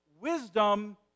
wisdom